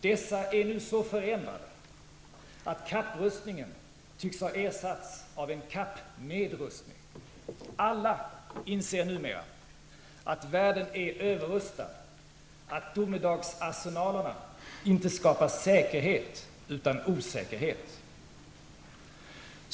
Dessa är nu så förändrade, att kapprustningen tycks ha ersatts av en kappnedrustning. Alla inser numera att världen är överrustad och att domedagsarsenalerna inte skapar säkerhet utan osäkerhet.